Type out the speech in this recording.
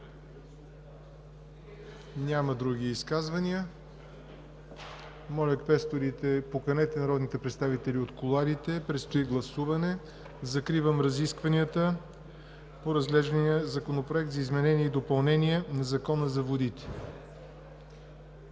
Други изказвания? Няма. Моля, квесторите, поканете народните представители от кулоарите, предстои гласуване. Закривам разискванията по разглеждания Законопроект за изменение и допълнение на Закона за водите.